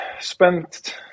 spent